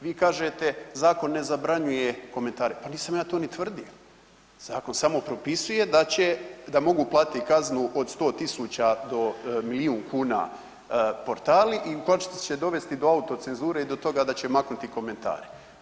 Vi kažete, zakon ne zabranjuje komentare, pa nisam ja to ni tvrdio, zakon samo propisuje da mogu platiti kaznu od 100.000 do milijun kuna portali i u konačnici će dovesti do autocenzure i do toga da će maknuti komentare.